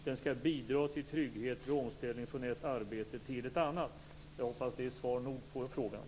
Den skall bidra till trygghet vid omställning från ett arbete till ett annat. Jag hoppas att det är svar nog på frågan.